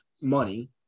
money